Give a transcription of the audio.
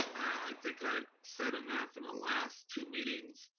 think i've said enough in the last two meetings.